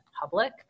public